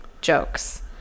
jokes